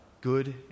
good